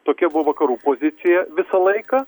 tokia buvo vakarų pozicija visą laiką